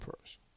first